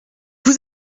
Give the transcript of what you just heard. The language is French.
vous